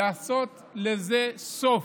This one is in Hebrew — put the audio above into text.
לעשות לזה סוף.